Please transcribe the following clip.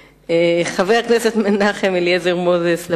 השאילתא של חבר הכנסת אליעזר מנחם מוזס,